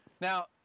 Now